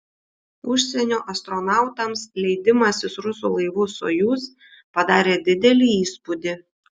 užsienio astronautams leidimasis rusų laivu sojuz padarė didelį įspūdį